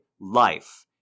life